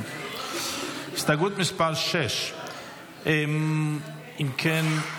כן, הסתייגות מס' 6. אם כן,